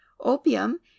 opium